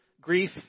grief